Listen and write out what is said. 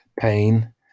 pain